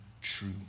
true